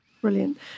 Brilliant